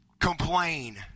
complain